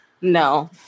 no